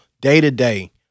day-to-day